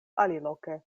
aliloke